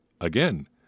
Again